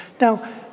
Now